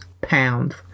pounds